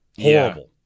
Horrible